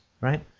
right